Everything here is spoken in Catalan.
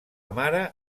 mare